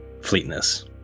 fleetness